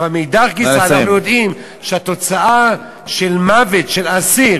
מאידך גיסא אנחנו יודעים שהתוצאה של מוות של אסיר